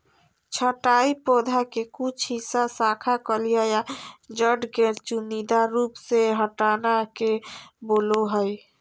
छंटाई पौधा के कुछ हिस्सा, शाखा, कलियां या जड़ के चुनिंदा रूप से हटाना के बोलो हइ